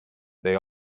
they